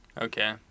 Okay